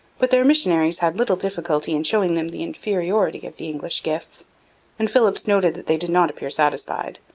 but their missionaries had little difficulty in showing them the inferiority of the english gifts and philipps noted that they did not appear satisfied.